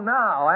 now